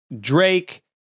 Drake